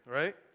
right